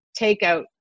takeout